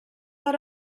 that